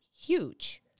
huge